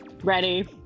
Ready